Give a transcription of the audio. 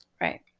Right